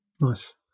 Nice